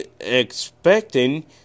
expecting